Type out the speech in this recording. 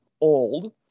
old